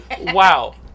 Wow